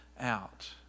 out